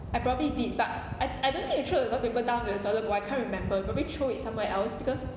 I probably did but I I don't think I throw toilet paper down the toilet bowl I can't remember probably throw it somewhere else because